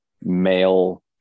male